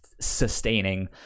sustaining